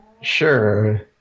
Sure